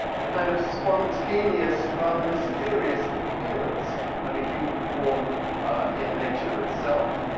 a kind of spontaneous, rather mysterious, appearance of a human form in nature itself.